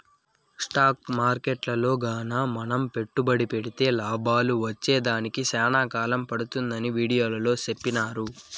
stock మార్కెట్టులో గాన మనం పెట్టుబడి పెడితే లాభాలు వచ్చేదానికి సేనా కాలం పడతాదని వీడియోలో సెప్పినారు